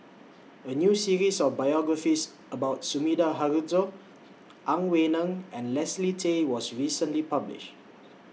A New series of biographies about Sumida Haruzo Ang Wei Neng and Leslie Tay was recently published